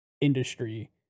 industry